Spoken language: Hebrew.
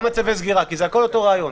כי הכול אותו רעיון.